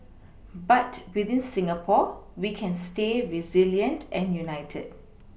but within Singapore we can stay resilient and United